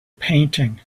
painting